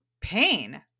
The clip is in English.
pain